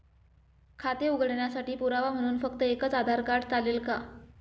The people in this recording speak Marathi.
खाते उघडण्यासाठी पुरावा म्हणून फक्त एकच आधार कार्ड चालेल का?